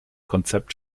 konzept